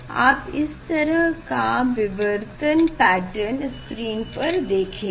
आप इस तरह का विवरतन पैटर्न स्क्रीन पर देखेंगे